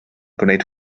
gwneud